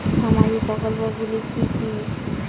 সামাজিক প্রকল্প গুলি কি কি?